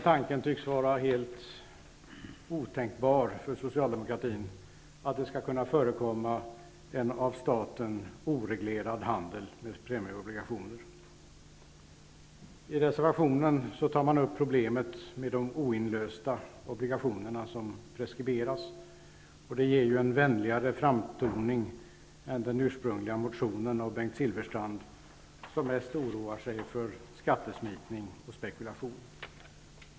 Tanken att det skall kunna förekomma en av staten oreglerad handel med premieobligationer tycks vara helt otänkbar för socialdemokratin. I reservationen tar man upp problemet med de oinlösta obligationerna som preskriberas. Det ger en vänligare framtoning än den ursprungliga motionen av Bengt Silfverstrand, som mest oroar sig för skattesmitning och spekulation.